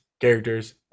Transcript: Characters